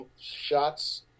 shots